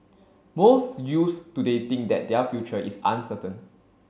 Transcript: most youths today think that their future is uncertain